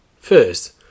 First